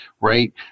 right